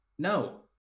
No